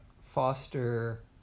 foster